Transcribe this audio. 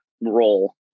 role